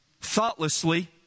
thoughtlessly